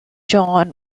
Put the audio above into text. john